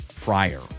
prior